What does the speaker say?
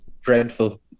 Dreadful